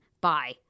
Bye